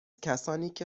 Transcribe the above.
کسانیکه